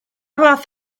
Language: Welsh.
fath